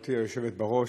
גברתי היושבת בראש,